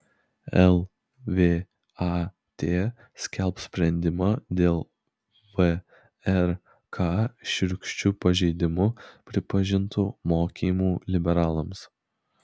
lvat skelbs sprendimą dėl vrk šiurkščiu pažeidimu pripažintų mokymų liberalams